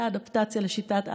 אותה אדפטציה לשיטת אדלר,